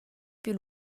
più